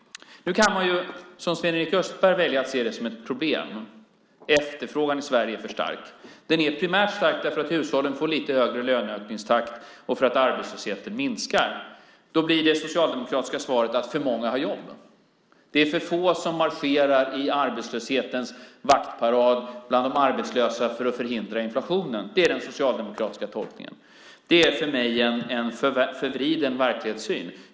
Nu kan man, som Sven-Erik Österberg, välja att se det som ett problem att efterfrågan i Sverige är för stark. Den är primärt stark därför att hushållen får en lite högre löneökningstakt och arbetslösheten minskar. Då blir det socialdemokratiska svaret att för många har jobb. Det är för få som marscherar i arbetslöshetens vaktparad bland de arbetslösa för att förhindra inflationen är den socialdemokratiska tolkningen. Det är för mig en förvriden verklighetssyn.